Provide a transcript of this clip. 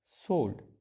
sold